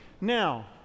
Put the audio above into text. Now